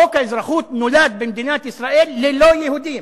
חוק האזרחות נולד במדינת ישראל ללא-יהודים,